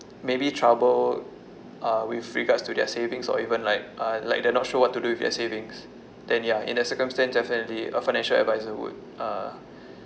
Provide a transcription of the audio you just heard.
maybe trouble uh with regards to their savings or even like uh like they're not sure what to do with their savings then ya in that circumstance definitely a financial advisor would uh